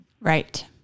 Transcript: Right